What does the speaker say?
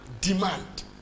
Demand